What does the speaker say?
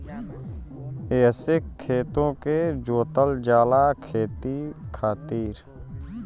एहसे खेतो के जोतल जाला खेती खातिर